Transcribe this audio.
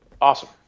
Awesome